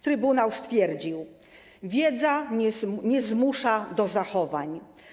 Trybunał stwierdził: wiedza nie zmusza do zachowań.